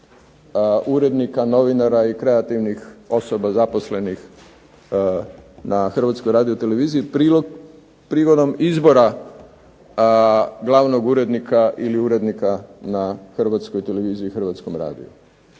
urednika, novinara i kreativnih osoba zaposlenih na Hrvatskoj radioteleviziji prigodom izbora glavnog urednika ili urednika na Hrvatskoj televiziji i Hrvatskom radiju.